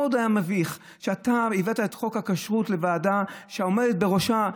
מאוד היה מביך שאתה הבאת את חוק הכשרות לוועדה שהעומדת בראשה,